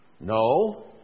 No